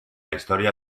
historia